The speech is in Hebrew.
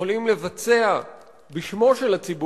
אבל אם